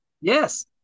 Yes